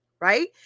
Right